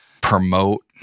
promote